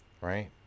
right